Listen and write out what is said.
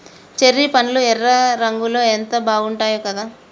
cherry పండ్లు ఎర్ర రంగులో ఎంత బాగుంటాయో కదా